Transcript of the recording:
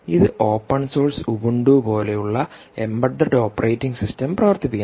ഇത് open source Ubuntu പോലെ ഉള്ള എംബഡഡ് ഓപ്പറേറ്റിംഗ് സിസ്റ്റം പ്രവർത്തിപ്പിക്കണം